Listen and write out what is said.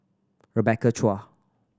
Rebecca Chua